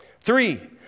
Three